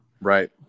Right